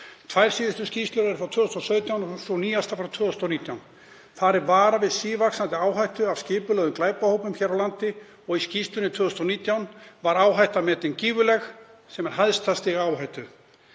Tvær síðustu skýrslurnar eru frá 2017 og sú nýjasta frá 2019. Þar er varað við sívaxandi áhættu af skipulögðum glæpahópum hér á landi og í skýrslunni 2019 var áhættan metin gífurleg, sem er hæsta stig áhættu.